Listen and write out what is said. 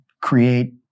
create